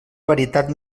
varietat